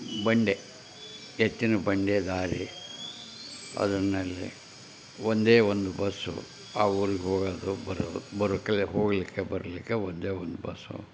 ಬಂಡೆ ಎತ್ತಿನ ಬಂಡೆ ದಾರಿ ಅದರಲ್ಲಿ ಒಂದೇ ಒಂದು ಬಸ್ಸು ಆ ಊರಿಗೆ ಹೋಗೋದು ಬರೋದು ಬರೋಕ್ಕೆ ಇಲ್ಲ ಹೋಗಲಿಕ್ಕೆ ಬರಲಿಕ್ಕೆ ಒಂದೇ ಒಂದು ಬಸ್ಸು